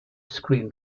screen